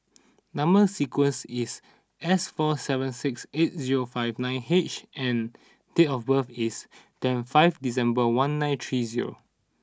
number sequence is S four seven six eight zero five nine H and date of birth is twenty five December one nine three zero